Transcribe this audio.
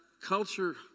culture